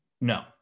No